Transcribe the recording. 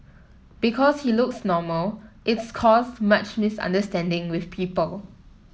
because he looks normal it's caused much misunderstanding with people